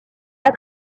pas